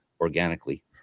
organically